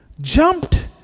jumped